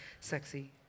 sexy